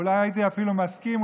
אולי הייתי אפילו מסכים,